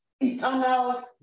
eternal